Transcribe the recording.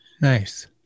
Nice